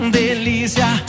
delícia